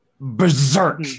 berserk